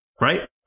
right